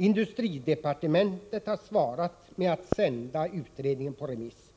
Industridepartementet har svarat med att sända utredningen på remiss.